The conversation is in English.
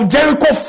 Jericho